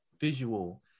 visual